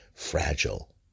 fragile